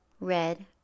red